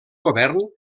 govern